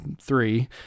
three